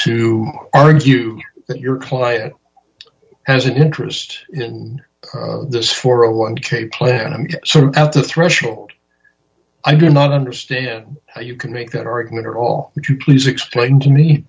to argue that your client has an interest in this for a one k plan and so after threshold i do not understand how you can make that argument or all would you please explain to me